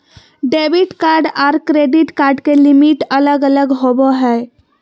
debit card आर credit card के limit अलग अलग होवो हय